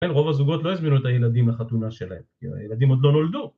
רוב הזוגות לא הזמינו את הילדים לחתונה שלהם, כי הילדים עוד לא נולדו